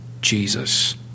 Jesus